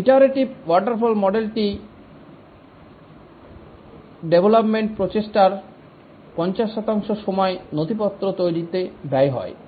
iterative waterfall মডেলটিতে development প্রচেষ্টার 50 শতাংশ সময় নথিপত্র তৈরিতে ব্যয় হয়